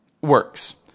works